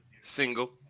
single